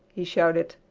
he shouted.